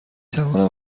توانم